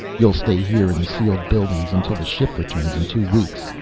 you'll stay here in the sealed buildings until the ship returns in two weeks.